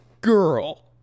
Girl